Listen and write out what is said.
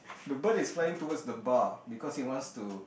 the bird is flying towards the bar because he wants to